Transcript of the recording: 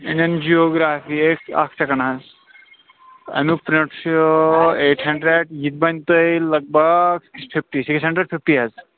Indian geography ٹھیٖک اکھ second حظ امیُک پرنٹ چھُ ایٚٹ ہنڈرڈ یہِ بنہِ تۄہہِ لگ بھگ فِفٹی ترٛی ہنڈرڈ فِفٹی حظ